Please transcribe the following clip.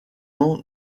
ans